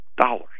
dollars